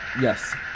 yes